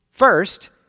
First